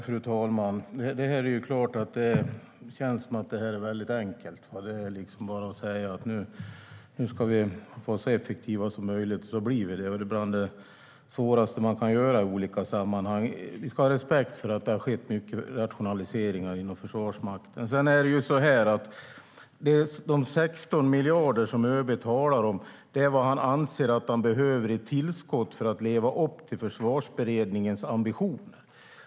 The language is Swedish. Fru talman! Det är klart att det känns som att det är väldigt enkelt, att det liksom bara är att säga att vi ska vara så effektiva som möjligt, och så blir vi det. Men det är bland det svåraste man kan göra i olika sammanhang. Vi ska ha respekt för att det har skett mycket rationaliseringar inom Försvarsmakten. De 16 miljarder som ÖB talar om är vad han anser att han behöver i tillskott för att leva upp till Försvarsberedningens ambition.